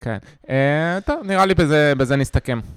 כן, נראה לי בזה נסתכם.